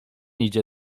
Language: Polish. idzie